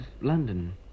London